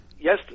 yes